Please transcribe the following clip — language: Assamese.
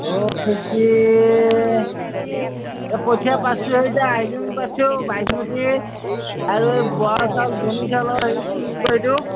অঁ খেতি অ' কঠিয়া পাৰছোঁহে এতিয়া আইজুং পাৰছোঁ বাইছ মুঠি আৰু বৰা চাউল বনি চাউলৰ হেৰি কি বুলি কয় এইটো